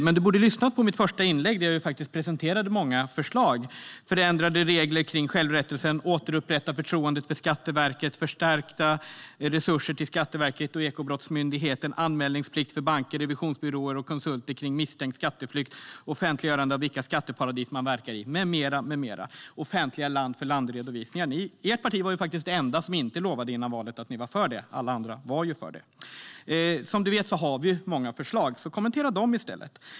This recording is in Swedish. Men du borde lyssna på mitt första inlägg, där jag faktiskt presenterade många förslag: förändrade regler kring självrättelse, att återupprätta förtroendet för Skatteverket, förstärkta resurser till Skatteverket och Ekobrottsmyndigheten, anmälningsplikt för banker, revisionsbyråer och konsulter kring misstänkt skatteflykt, offentliggörande av vilka skatteparadis man verkar i, offentliga land-för-land-redovisningar med mera. Ert parti var faktiskt det enda som före valet inte lovade att ni var för detta, medan alla andra var för det. Som du vet har vi många förslag. Kommentera dem i stället!